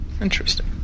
Interesting